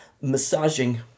massaging